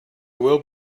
will